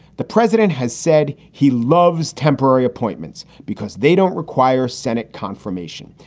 the president has said he loves temporary appointments because they don't require senate confirmation.